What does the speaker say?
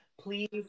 Please